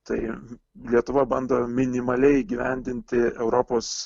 tai lietuva bando minimaliai įgyvendinti europos